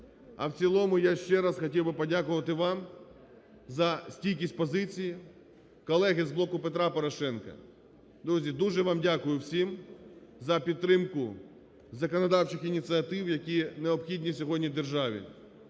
А в цілому я ще раз хотів би подякувати вам за стійкість позиції. Колеги з "Блоку Петра Порошенка", друзі, дуже вам дякую всім за підтримку законодавчих ініціатив, які необхідні сьогодні державі.